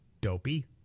Dopey